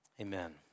Amen